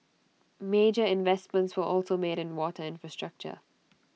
major investments were also made in water infrastructure